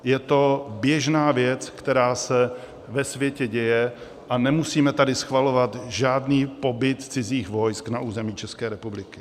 Je to běžná věc, která se ve světě děje, a nemusíme tady schvalovat žádný pobyt cizích vojsk na území České republiky.